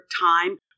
time